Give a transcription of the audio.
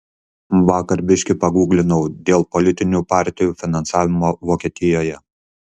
vakar biški pagūglinau dėl politinių partijų finansavimo vokietijoje